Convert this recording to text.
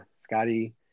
Scotty